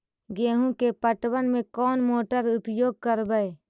गेंहू के पटवन में कौन मोटर उपयोग करवय?